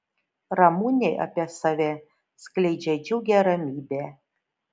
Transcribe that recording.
ramunė apie save skleidžia džiugią ramybę